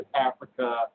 Africa